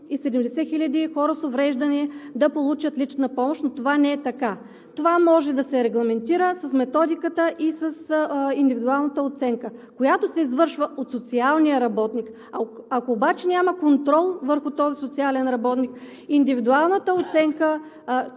670 хиляди хора с увреждания да получат лична помощ, но това не е така. Това може да се регламентира с Методиката и с индивидуалната оценка, която се извършва от социалния работник. Ако обаче няма контрол върху този социален работник, индивидуалната оценка